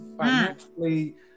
financially